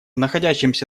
находящемся